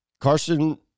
Carson